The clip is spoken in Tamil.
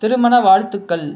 திருமண வாழ்த்துக்கள்